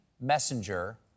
Messenger